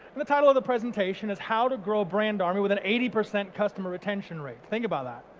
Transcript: and the title of the presentation is how to grow a brand army with an eighty percent customer retention rate. think about that.